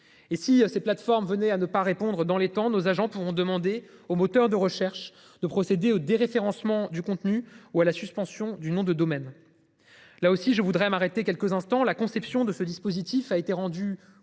et si ces plateformes venait à ne pas répondre dans les temps nos agents pourront demander au moteur de recherche de procéder au déréférencement du contenu ou à la suspension du nom de domaine. Là aussi je voudrais m'arrêter quelques instants la conception de ce dispositif a été rendue